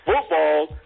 football